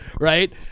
right